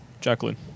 Jacqueline